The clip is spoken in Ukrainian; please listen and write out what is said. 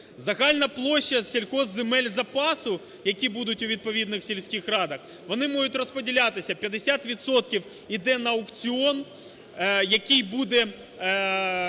Загальна площа сільгоспземель запасу, які будуть у відповідних сільських радах, вони можуть розподілятися: 50 відсотків іде на аукціон, який буде